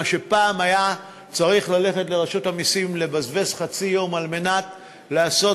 מה שפעם היה צריך ללכת לרשות המסים ולבזבז חצי יום על מנת לעשות